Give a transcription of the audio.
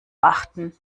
achten